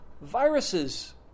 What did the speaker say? viruses